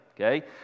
okay